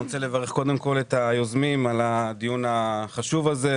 אני רוצה קודם כול לברך את היוזמים על הדיון החשוב הזה,